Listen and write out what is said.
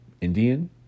Indian